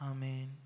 Amen